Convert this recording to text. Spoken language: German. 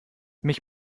mich